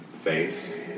face